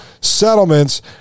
Settlements